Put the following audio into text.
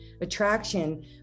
attraction